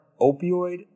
opioid